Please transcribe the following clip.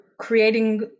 creating